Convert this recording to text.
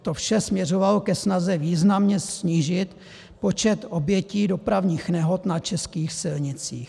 To vše směřovalo ke snaze významně snížit počet obětí dopravních nehod na českých silnicích.